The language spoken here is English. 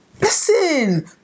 listen